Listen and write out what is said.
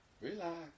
Relax